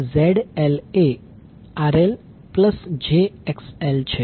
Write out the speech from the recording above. અને ZL એ RL j XL છે